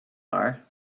are